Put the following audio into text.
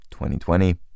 2020